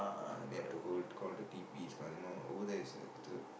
uh they have to go call the TPs ah you know over there it's a it's a